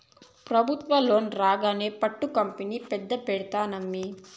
పెబుత్వ లోను రాంగానే పట్టు కంపెనీ పెద్ద పెడ్తానమ్మీ